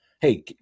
Hey